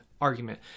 argument